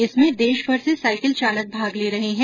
इसमें देश भर से साइकिल चालक भाग ले रहे हैं